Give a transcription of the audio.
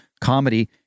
comedy